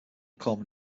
corman